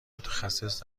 متخصص